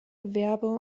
gewerbe